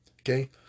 Okay